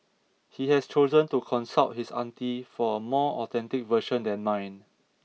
he has chosen to consult his auntie for a more authentic version than mine